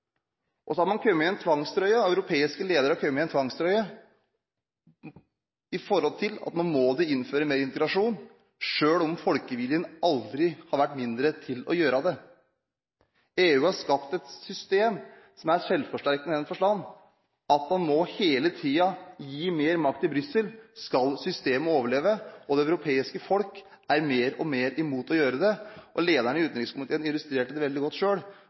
styringsverktøy? Så har europeiske ledere kommet inn i en tvangstrøye i forhold til at nå må de innføre mer integrasjon, selv om folkeviljen aldri har vært mindre til å gjøre det. EU har skapt et system som er selvforsterkende i den forstand at man hele tiden må gi mer makt til Brussel skal systemet overleve, og det europeiske folk er mer og mer imot å gjøre det. Lederen i utenrikskomiteen illustrerte det veldig godt